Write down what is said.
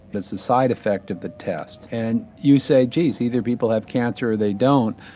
it's the side effect of the test. and you say geez either people have cancer or they don't.